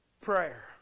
prayer